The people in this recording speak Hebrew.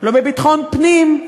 לא בביטחון פנים,